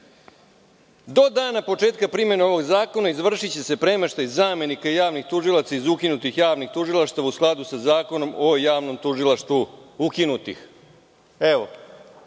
dana početka primene ovog zakona izvršiće se premeštaj zamenika javnih tužilaca iz ukinutih javnih tužilaštava u skladu sa Zakonom o javnom tužilaštvu, ukinutih.